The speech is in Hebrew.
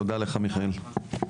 הישיבה ננעלה בשעה 13:39.